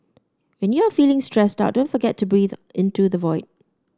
when you are feeling stressed out don't forget to breathe into the void